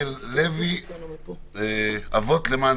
יצחק נוני, אבות למען